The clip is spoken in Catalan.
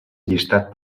allistat